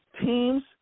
Teams